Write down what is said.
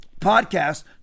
podcast